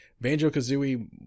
Banjo-Kazooie